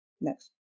Next